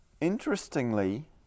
interestingly